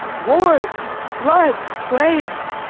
wars, floods, plagues,